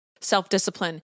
self-discipline